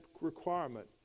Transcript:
requirement